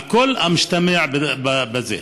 על כל המשתמע מזה.